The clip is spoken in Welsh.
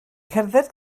cerdded